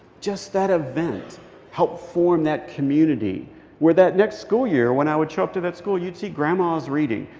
just that event helped form that community where that next school year, when i would show up to that school, you'd see grandmas reading.